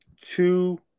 Two